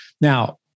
Now